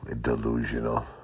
delusional